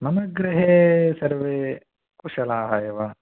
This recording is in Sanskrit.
मम गृहे सर्वे कुशलाः एव